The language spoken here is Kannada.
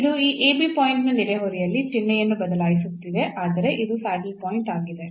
ಇದು ಈ ab ಪಾಯಿಂಟ್ನ ನೆರೆಹೊರೆಯಲ್ಲಿ ಚಿಹ್ನೆಯನ್ನು ಬದಲಾಯಿಸುತ್ತಿದೆ ಅಂದರೆ ಇದು ಸ್ಯಾಡಲ್ ಪಾಯಿಂಟ್ ಆಗಿದೆ